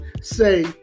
say